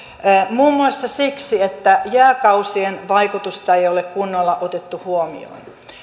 muun muassa siksi että jääkausien vaikutusta ei ole kunnolla otettu huomioon